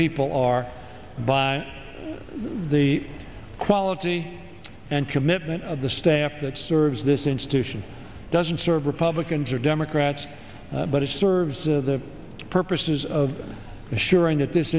people are by the quality and commitment of the staff that serves this institution doesn't serve republicans or democrats but it serves a purpose is of assuring that this